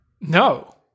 No